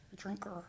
drinker